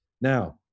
Now